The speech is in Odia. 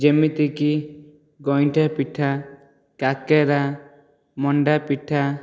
ଯେମିତିକି ଗଇଁଠପିଠା କାକେରା ମଣ୍ଡାପିଠା